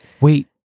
Wait